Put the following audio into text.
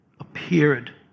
Appeared